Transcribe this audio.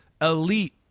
elite